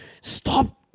stop